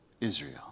Israel